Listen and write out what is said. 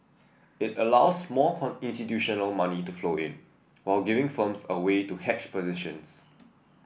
it allows more institutional money to flow in while giving firms a way to hedge positions